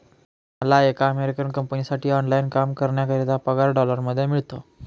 मला एका अमेरिकन कंपनीसाठी ऑनलाइन काम करण्याकरिता पगार डॉलर मध्ये मिळतो